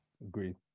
Agreed